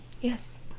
Yes